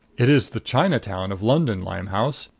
it is the chinatown of london limehouse.